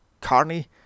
Carney